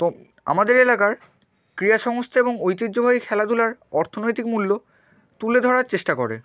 তো আমাদের এলাকার ক্রীড়া সংস্থা এবং ঐতিহ্যবাহী খেলাধুলার অর্থনৈতিক মূল্য তুলে ধরার চেষ্টা করে